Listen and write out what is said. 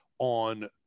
on